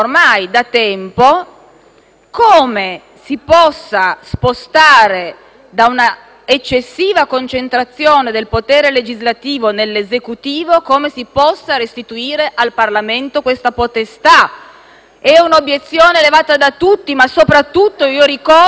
un'eccessiva concentrazione del potere legislativo nell'Esecutivo e restituire al Parlamento questa potestà. È un'obiezione sollevata da tutti, ma soprattutto - ricordo - anche dai colleghi del MoVimento 5 Stelle nella passata legislatura.